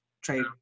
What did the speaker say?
trade